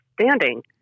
standing